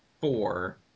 four